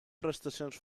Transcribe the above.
prestacions